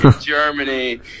Germany